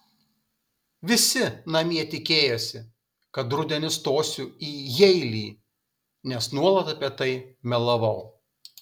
visi namie tikėjosi kad rudenį stosiu į jeilį nes nuolat apie tai melavau